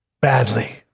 badly